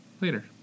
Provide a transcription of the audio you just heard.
later